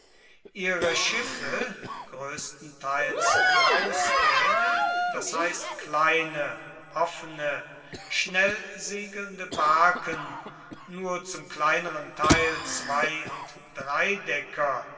ihre schiffe größtenteils mauskähne das heißt kleine offene schnellsegelnde barken nur zum kleineren teil zwei und dreidecker